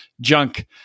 junk